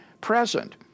present